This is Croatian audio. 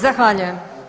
Zahvaljujem.